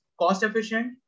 cost-efficient